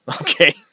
Okay